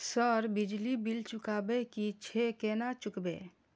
Sir बिजली bill चुकाबे की छे केना चुकेबे?